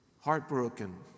Heartbroken